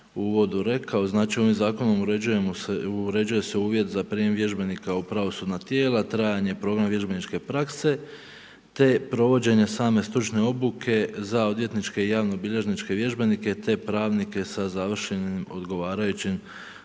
uvodu rekao, znači ovim zakonom uređuje se uvjet za prijem vježbenika u pravosudna tijela, trajanje i …/Govornik se ne razumije./… vježbeničke prakse te provođenje same stručne obuke za odvjetničke i javno bilježničke vježbenike te pravnike sa završenim odgovarajućim